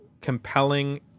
compelling